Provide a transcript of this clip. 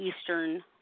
Eastern